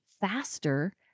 faster